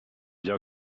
bien